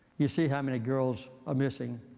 you see how many girls are missing